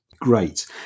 Great